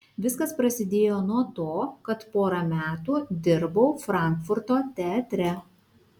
viskas prasidėjo nuo to kad porą metų dirbau frankfurto teatre